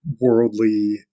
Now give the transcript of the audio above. worldly